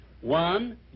One